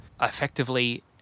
effectively